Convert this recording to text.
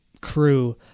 crew